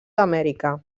amèrica